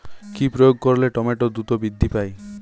কি প্রয়োগ করলে টমেটো দ্রুত বৃদ্ধি পায়?